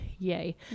yay